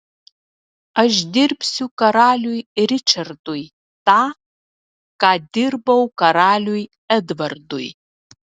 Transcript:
aš dirbsiu karaliui ričardui tą ką dirbau karaliui edvardui